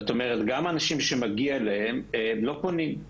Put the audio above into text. זאת אומרת: גם האנשים שמגיע להם לא פונים,